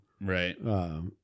Right